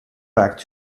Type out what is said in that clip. back